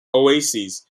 oases